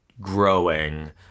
growing